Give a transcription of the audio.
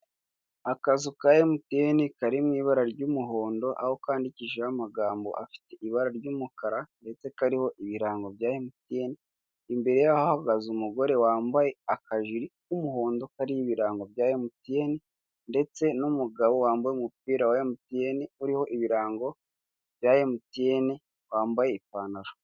Akazu ka Emutiyeni, kari mu ibara ry'umuhondo, aho kandikishijeho amagambo afite ibara ry'umukara, ndetse kariho ibirango bya Emutiyeni, imbere yaho hahagaze umugore wambaye akajire k'umuhondo kariho ibirango bya Emutiyeni, ndetse n'umugabo wambaye umupira wa Emutiyeni, uriho ibirango bya Emutiyeni, wambaye ipantaro.